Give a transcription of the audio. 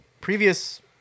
Previous